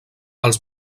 els